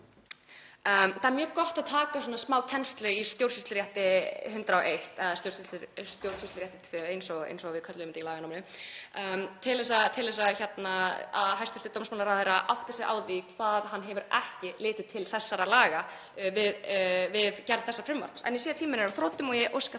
Það er mjög gott að taka svona smá kennslu í stjórnsýslurétti 101, eða Stjórnsýslurétti II eins og við köllum þetta í laganáminu, til þess að hæstv. dómsmálaráðherra átti sig á því að hann hefur ekki litið til þessara laga við gerð þessa frumvarps. En ég sé að tíminn er á þrotum og óska þess að